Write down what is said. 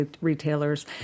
retailers